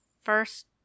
first